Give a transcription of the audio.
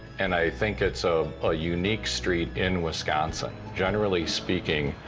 and i think it's so a unique street in wisconsin. generally speaking,